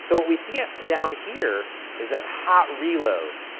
so what we see ah down here is that hot reload,